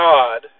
God